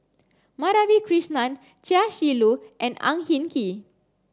Madhavi Krishnan Chia Shi Lu and Ang Hin Kee